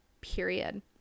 period